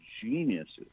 geniuses